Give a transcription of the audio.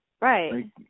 Right